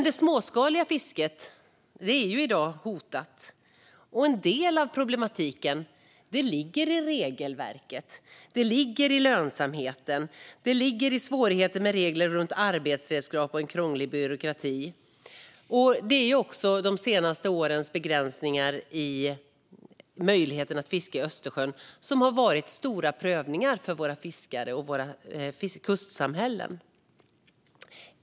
Det småskaliga fisket är dock hotat i dag. En del av problematiken finns i regelverket och i lönsamheten. Den finns också i svårigheten med regler för arbetsredskap och en krånglig byråkrati. De senaste årens begränsningar i möjligheten att fiska i Östersjön har också inneburit svåra prövningar för våra fiskare och kustsamhällen.